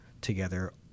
together